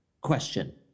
question